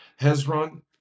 Hezron